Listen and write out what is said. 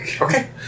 Okay